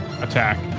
attack